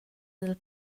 dal